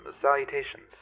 salutations